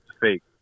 fake